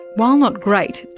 while not great,